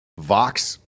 vox